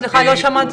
סליחה, לא שמעתי.